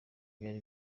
byari